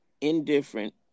indifferent